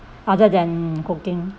other than cooking